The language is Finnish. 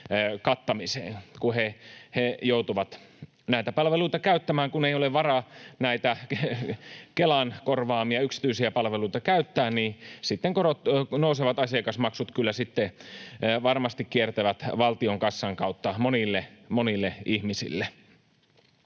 kattamiseen, kun he joutuvat näitä palveluita käyttämään, kun ei ole varaa näitä Kelan korvaamia yksityisiä palveluita käyttää. Sitten nousevat asiakasmaksut kyllä varmasti kiertävät valtion kassan kautta monille, monille